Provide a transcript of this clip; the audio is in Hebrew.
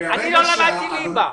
אני לא למדתי ליבה.